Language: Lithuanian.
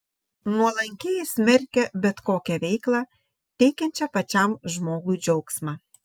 nuolankieji smerkė bet kokią veiklą teikiančią pačiam žmogui džiaugsmą